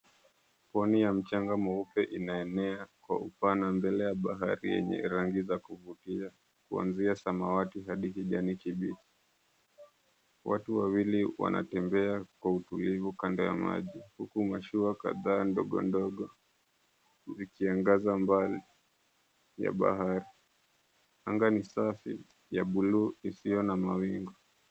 Pwani ya mchanga mweupe inaenea kwa upana mbele ya bahari zenye ranghi za kuvutia kuanzia samawati hadi kijani kibichi. Watu wawili wanatembea kwa utulivu kando ya maji huku mashua kadhaa ndogo ndogo zikiangaza mbali ya bahari. Anga ni safi ya bluu isiyo na mawingu.